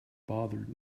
bothered